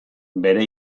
bere